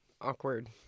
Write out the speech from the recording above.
awkward